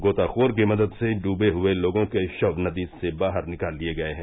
गोताखोर की मदद से डूबे हुये लोगों के शव नदी से बाहर निकाल लिये गये है